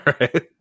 right